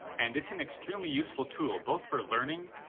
and its an extremely useful tool both for learning,